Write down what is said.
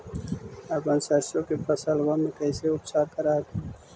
अपन सरसो के फसल्बा मे कैसे उपचार कर हखिन?